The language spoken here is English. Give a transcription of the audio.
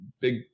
big